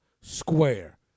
Square